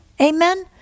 Amen